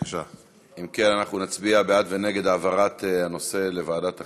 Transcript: אם כן, נצביע בעד ונגד העברת הנושא לוועדת החינוך.